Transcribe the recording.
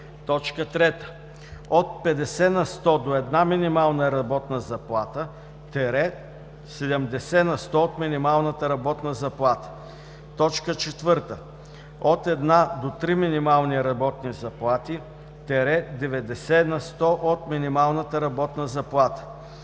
3. от 50 на сто до една минимална работна заплата – 70 на сто от минималната работна заплата; 4. от 1 до 3 минимални работни заплати – 90 на сто от минималната работна заплата.